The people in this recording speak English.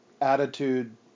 attitude